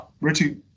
Richie